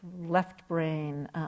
left-brain